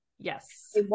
Yes